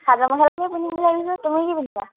চাদৰ মেখেলাকে পিন্ধিম বুলি ভাবিছোঁ তুমি কি পিন্ধিবা